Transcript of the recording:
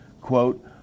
Quote